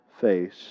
face